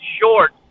short